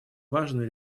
важные